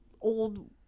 old